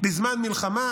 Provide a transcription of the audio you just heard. בזמן מלחמה.